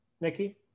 Nikki